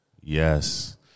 Yes